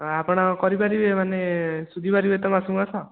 ହଁ ଆପଣ କରିପାରିବେ ମାନେ ସୁଝିପାରିବେ ତ ମାସକୁ ମାସ